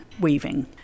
weaving